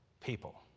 people